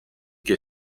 che